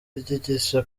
ryigisha